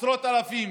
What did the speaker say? עשרות אלפים